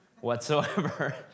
whatsoever